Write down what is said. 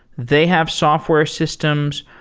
they have software systems.